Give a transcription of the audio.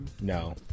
No